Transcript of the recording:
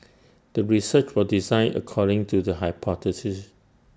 the research was designed according to the hypothesis